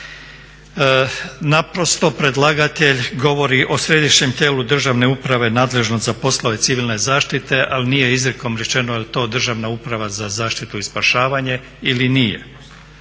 Naprosto predlagatelj govori o Središnjem tijelu državne uprave nadležnom za poslove civilne zaštite, ali nije izrijekom rečeno je li to Državna uprava za zaštitu i spašavanje ili nije.